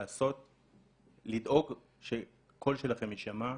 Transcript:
לדאוג שהקול שלכם יישמע,